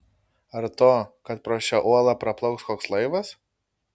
ar to kad pro šią uolą praplauks koks laivas